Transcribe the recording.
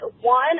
one